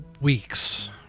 weeks